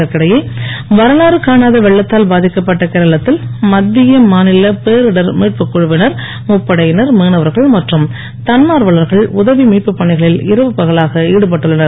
இதற்கிடையே வரலாறு காணாத வெள்ளத்தால் பாதிக்கப்பட்ட கேரளத்தில் மத்திய மாநில பேரிடர் மீட்புக் குழுவினர் முப்படையினர் மீனவர்கள் மற்றும் தன்னார்வலர்கன் உதவி மீட்புப் பணிகளில் இரவு பகலாக ஈடுபட்டுள்ளனர்